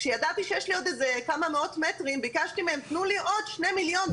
כשידעתי שיש לי עוד כמה מאות מטרים ביקשתי מהם תנו לי עוד שני מיליון,